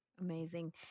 amazing